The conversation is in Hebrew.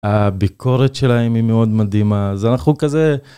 הביקורת שלהם היא מאוד מדהימה, אז אנחנו כזה